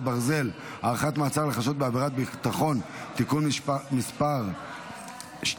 ברזל) (הארכת מעצר לחשוד בעבירת ביטחון) (תיקון מס' 2),